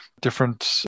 different